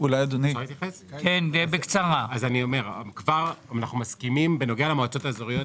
בנוגע למועצות האזוריות,